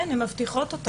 כן, הן מבטיחות אותו.